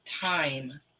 time